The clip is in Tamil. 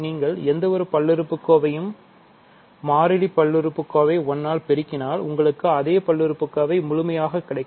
நீங்கள் எந்தவொரு பல்லுறுப்புக்கோவையும் மாறிலி பல்லுறுப்புக்கோவை 1 ஆல் பெருக்கினால் உங்களுக்கு அதே பல்லுறுப்புக்கோவை முழுமையாக கிடைக்கும்